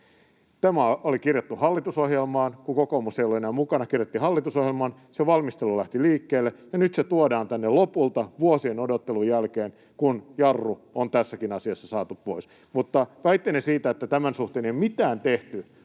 tämä oli kirjattu hallitusohjelmaan, kun kokoomus ei ollut enää mukana, sen valmistelu lähti liikkeelle ja nyt se tuodaan tänne lopulta vuosien odottelun jälkeen, kun jarru on tässäkin asiassa saatu pois. Väitteenne siitä, että tämän suhteen ei ole mitään tehty